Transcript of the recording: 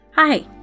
Hi